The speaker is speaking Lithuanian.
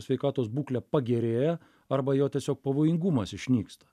sveikatos būklė pagerėja arba jo tiesiog pavojingumas išnyksta